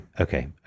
okay